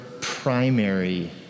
primary